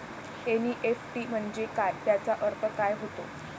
NEFT म्हंजे काय, त्याचा अर्थ काय होते?